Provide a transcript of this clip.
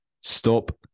Stop